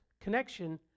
connection